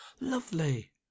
Lovely